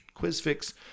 Quizfix